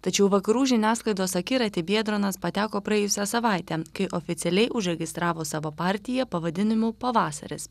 tačiau į vakarų žiniasklaidos akiratį biedronas pateko praėjusią savaitę kai oficialiai užregistravo savo partiją pavadinimu pavasaris